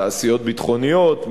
תעשיות ביטחוניות,